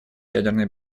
ядерной